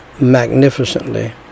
magnificently